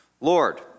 Lord